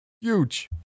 huge